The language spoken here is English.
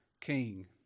king